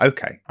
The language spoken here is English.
Okay